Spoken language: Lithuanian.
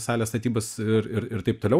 salės statybas ir ir ir taip toliau